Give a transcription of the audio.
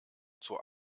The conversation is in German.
zur